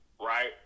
Right